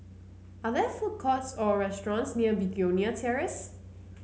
are there food courts or restaurants near Begonia Terrace